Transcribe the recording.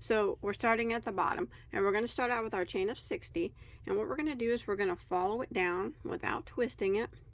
so we're starting at the bottom and we're going to start out with our chain of sixty and what we're gonna do is we're gonna follow it down without twisting it